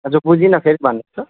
हजुर बुझिनँ फेरि भन्नुहोस् त